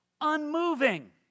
unmoving